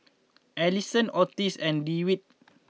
Ellison Otis and Dewitt